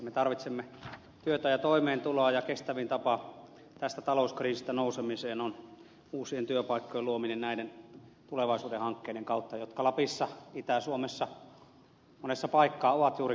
me tarvitsemme työtä ja toimeentuloa ja kestävin tapa tästä talouskriisistä nousemiseen on uusien työpaikkojen luominen näiden tulevaisuuden hankkeiden kautta jotka lapissa itä suomessa monessa paikkaa ovat juuri kaivoshankkeita